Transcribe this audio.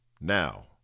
Now